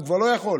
הוא כבר לא יכול,